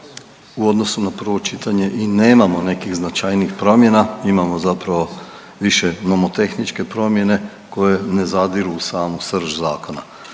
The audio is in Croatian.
u odnosu na prvo čitanje i nemamo nekih značajnijih promjena. Imamo zapravo više nomotehničke promjene koje ne zadiru u samu srž zakona.